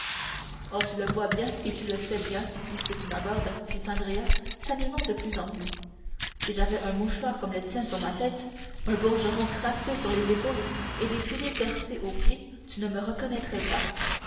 oh tu le vois bien et tu le sais bien puisque tu m'abordes dit andrea s'animant de plus en plus si j'avais un mouchoir comme le tien sur ma tête un bourgeron crasseux sur les épaules et des souliers percés aux pieds tu ne me reconnaîtrais pas